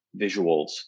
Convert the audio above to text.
visuals